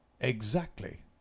Exactly